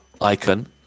icon